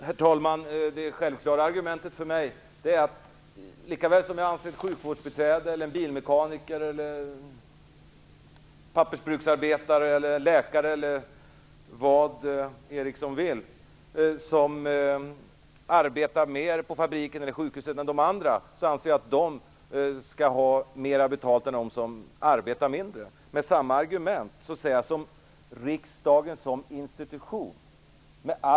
Herr talman! Det självklara argumentet för mig är att jag anser att ett sjukvårdsbiträde, en bilmekaniker, en pappersbruksarbetare, en läkare eller vad Eriksson vill som arbetar mer på fabriken eller sjukhuset än de andra skall ha mer betalt än de som arbetar mindre. Med samma argument säger jag att riksdagen som institution har vissa nyckelfunktioner.